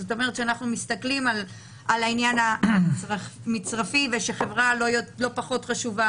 זאת אומרת שאנחנו מסתכלים על העניין המצרפי ושחברה לא פחות חשובה